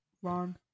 one